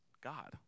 God